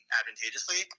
advantageously